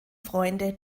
freunde